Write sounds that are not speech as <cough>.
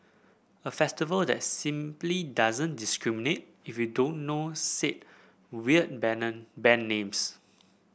a festival that simply doesn't discriminate if you don't know said weird <unintelligible> band names